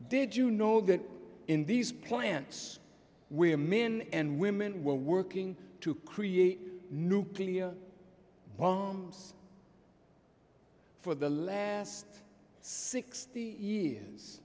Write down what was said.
did you know that in these plants where men and women were working to create nuclear bombs for the last sixty years